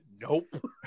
Nope